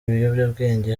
ibiyobyabwenge